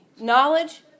Knowledge